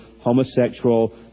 homosexual